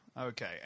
Okay